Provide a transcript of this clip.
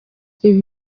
ibi